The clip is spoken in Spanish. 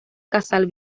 casal